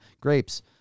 grapes